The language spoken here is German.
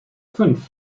fünf